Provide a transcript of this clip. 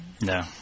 No